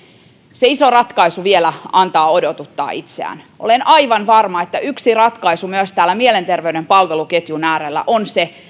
se iso ratkaisu vielä antaa odotuttaa itseään olen aivan varma että yksi ratkaisu myös täällä mielenterveyden palveluketjun äärellä on se